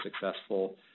successful